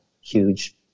huge